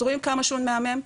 אתם רואים כמה שהם מהמם.